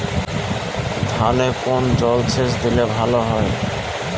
ধানে কোন জলসেচ দিলে ভাল হয়?